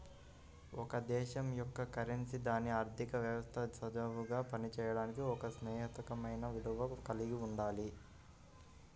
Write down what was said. ఒక దేశం యొక్క కరెన్సీ దాని ఆర్థిక వ్యవస్థ సజావుగా పనిచేయడానికి ఒక సహేతుకమైన విలువను కలిగి ఉండాలి